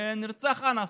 ונרצח אנאס,